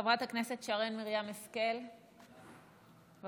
חברת הכנסת שרן מרים השכל, בבקשה.